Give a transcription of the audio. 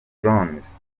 drones